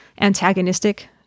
antagonistic